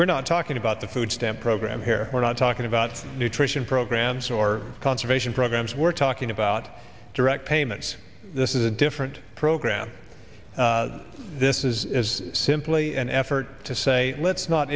we're not talking about the food stamp program here we're not talking about nutrition programs or conservation programs we're talking about direct payments this is a different program this is simply an effort to say let's not